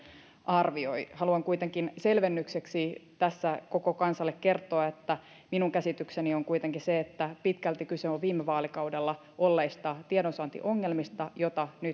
arvioi haluan kuitenkin selvennykseksi tässä koko kansalle kertoa että minun käsitykseni on se että pitkälti kyse on viime vaalikaudella olleista tiedonsaantiongelmista joita nyt